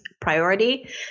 priority